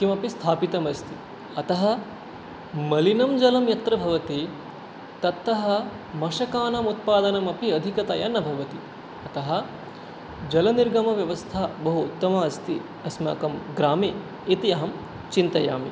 किमपि स्थापितमस्ति अतः मलिनं जलं यत्र भवति ततः मशकानाम् उत्पादनम् अपि अधिकतया न भवति अतः जलनिर्गमव्यवस्था बहु उत्तमा अस्ति अस्माकं ग्रामे इति अहं चिन्तयामि